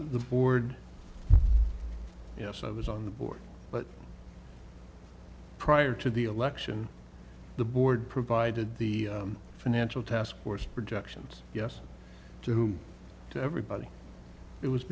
the board yes i was on the board but prior to the election the board provided the financial task force projections yes to who everybody it was